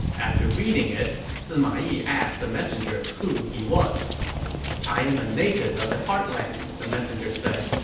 after reading it, sima yi asked the messenger who he was i am a native of the heartlands, the messenger said.